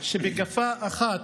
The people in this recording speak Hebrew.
שבגפה אחת,